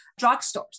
drugstores